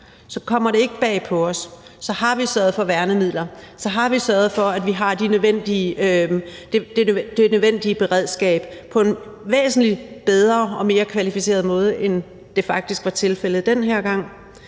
så kommer det ikke bag på os, så har vi sørget for værnemidler, og så har vi sørget for, at vi har det nødvendige beredskab på en væsentlig bedre og mere kvalificeret måde, end det faktisk var tilfældet den her gang.